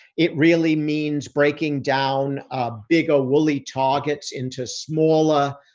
it really means breaking down a bigger woolly target into smaller,